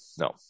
No